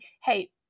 hey